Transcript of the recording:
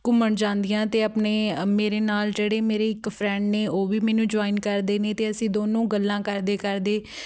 ਘੁੰਮਣ ਜਾਂਦੀ ਹਾਂ ਅਤੇ ਆਪਣੇ ਮੇਰੇ ਨਾਲ ਜਿਹੜੇ ਮੇਰੇ ਇੱਕ ਫਰੈਂਡ ਨੇ ਉਹ ਵੀ ਮੈਨੂੰ ਜੁਆਇਨ ਕਰਦੇ ਨੇ ਅਤੇ ਅਸੀਂ ਦੋਨੋਂ ਗੱਲਾਂ ਕਰਦੇ ਕਰਦੇ